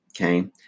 okay